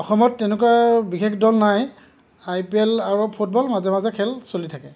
অসমত তেনেকৈ বিশেষ দল নাই আই পি এল আৰু ফুটবল মাজে মাজে খেল চলি থাকে